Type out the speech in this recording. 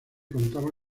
contaba